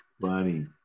funny